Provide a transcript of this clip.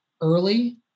early